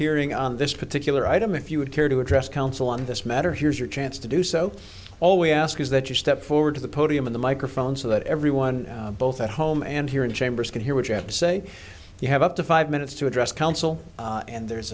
hearing on this particular item if you would care to address counsel on this matter here's your chance to do so all we ask is that you step forward to the podium of the microphone so that everyone both at home and here in chambers can hear what you have to say you have up to five minutes to address counsel and there's